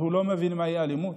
לא מבין מהי אלימות.